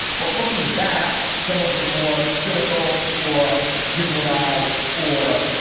but looking back, some of the more cynical or gimlet eyed or,